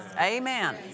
Amen